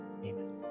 Amen